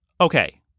Okay